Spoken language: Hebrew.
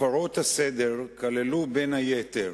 הפרות הסדר כללו, בין היתר,